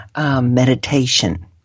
meditation